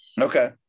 Okay